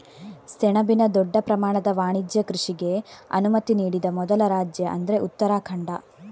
ಸೆಣಬಿನ ದೊಡ್ಡ ಪ್ರಮಾಣದ ವಾಣಿಜ್ಯ ಕೃಷಿಗೆ ಅನುಮತಿ ನೀಡಿದ ಮೊದಲ ರಾಜ್ಯ ಅಂದ್ರೆ ಉತ್ತರಾಖಂಡ